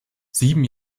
sieben